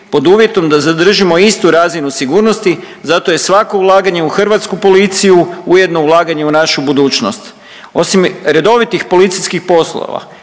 pod uvjetom da zadržimo istu razinu sigurnosti. Zato je svako ulaganje u hrvatsku policiju ujedno ulaganje u našu budućnost. Osim redovitih policijskih poslova